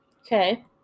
Okay